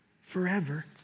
forever